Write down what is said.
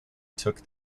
took